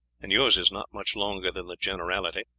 and yours is not much longer than the generality.